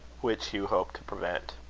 which hugh hoped to prevent.